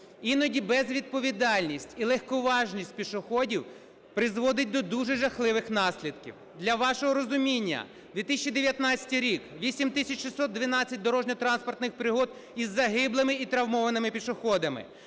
Іноді безвідповідальність і легковажність пішоходів призводить до дуже жахливих наслідків. Для вашого розуміння, 2019 рік – 8 тисяч 612 дорожньо-транспортних пригод із загиблими і травмованими пішоходами,